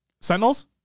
Sentinels